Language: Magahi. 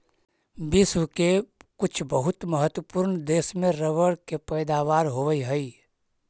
विश्व के कुछ बहुत महत्त्वपूर्ण देश में रबर के पैदावार होवऽ हइ